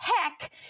Heck